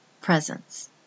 presence